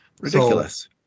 Ridiculous